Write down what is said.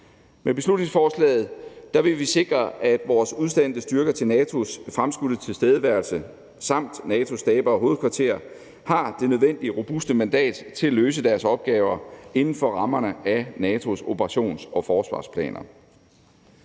Med beslutningsforslaget vil vi sikre, at vores udsendte styrker til NATO's fremskudte tilstedeværelse samt NATO's stabe og hovedkvarter har det nødvendige robuste mandat til at løse deres opgaver inden for rammerne af NATO's operations- og forsvarsplaner.